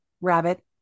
rabbit